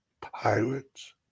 pirates